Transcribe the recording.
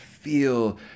Feel